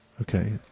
Okay